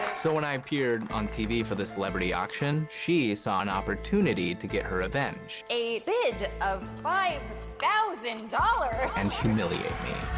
so when i appeared on tv for the celebrity auction, she saw an opportunity to get her revenge. a bid of five thousand dollars! and humiliate me.